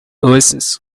oasis